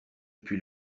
puis